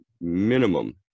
minimum